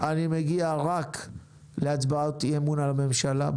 מגיע רק להצבעות אי אמון בממשלה.